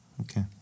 Okay